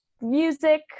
music